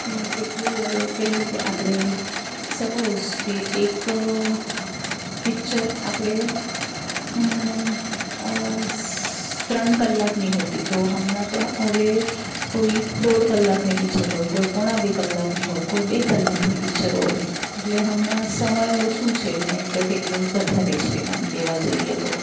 કે કેટલું હવે કહીએ કે આપણે સપોસ કે એક પિચ્ચર આપણે ત્રણ કલાકની હોતી તો હમણાં તો હવે કોઈ દોઢ કલાકની પિચ્ચર હોય કોઈ પોણા બે કલાકની હોય કોઈ બે કલાકની પિચ્ચર હોય એટલે હમણાં સમય ઓછું છે ને એન્ટરટેનમેન્ટ વધારે છે એમ કહેવા જઈએ તો